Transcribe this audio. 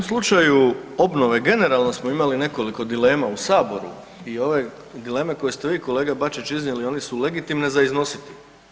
U ovom slučaju obnove generalno smo imali nekoliko dilema u Saboru i ove dileme koje ste vi kolega Bačić iznijeli one su legitimne za iznositi.